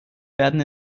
werden